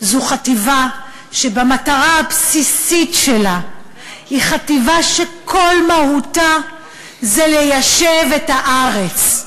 זו חטיבה שבמטרה הבסיסית שלה היא חטיבה שכל מהותה זה ליישב את הארץ.